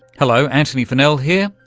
hello, antony funnell here,